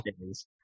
days